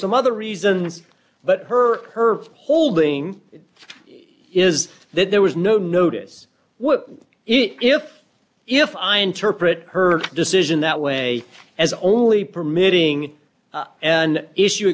some other reasons but her her holding is that there was no notice what if if i interpret her decision that way as only permitting and issue